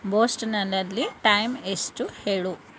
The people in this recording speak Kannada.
ಬೋಸ್ಟನನಲ್ಲಿ ಟೈಮ್ ಎಷ್ಟು ಹೇಳು